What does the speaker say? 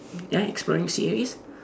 ya exploring series